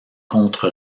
contre